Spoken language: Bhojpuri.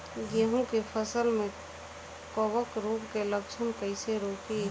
गेहूं के फसल में कवक रोग के लक्षण कईसे रोकी?